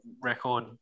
record